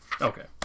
Okay